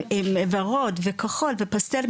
ורוד וכחול ופסטל,